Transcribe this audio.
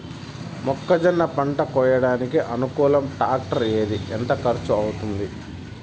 మొక్కజొన్న పంట కోయడానికి అనుకూలం టాక్టర్ ఏది? ఎంత ఖర్చు అవుతుంది?